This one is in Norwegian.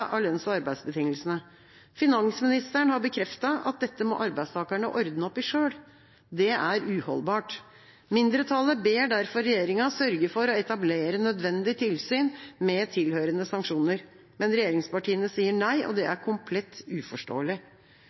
av lønns- og arbeidsbetingelsene. Finansministeren har bekreftet at dette må arbeidstakerne ordne opp i selv. Det er uholdbart. Mindretallet ber derfor regjeringa sørge for å etablere nødvendig tilsyn med tilhørende sanksjoner, men regjeringspartiene sier nei, og det er komplett uforståelig.